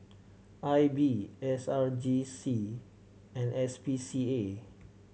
I B S R J C and S P C A